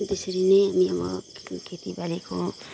त्यसरी नै हामी अब खेतीबालीको